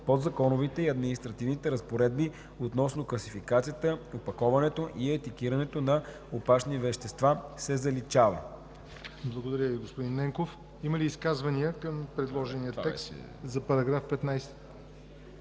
подзаконовите и административните разпоредби относно класификацията, опаковането и етикетирането на опасни вещества“, се заличава.“ ПРЕДСЕДАТЕЛ ЯВОР НОТЕВ: Благодаря Ви, господин Ненков. Има ли изказвания към предложения текст за § 15?